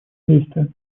действия